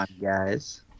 guys